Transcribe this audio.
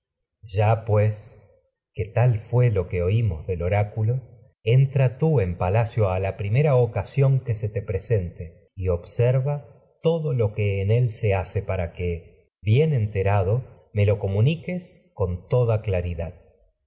ya tal fué lo que oimcs del oráculo entra tú se en palacio la primera oca lo que en sión que te presente y observa todo él se hace para que toda bien enterado me lo comuniques con claridad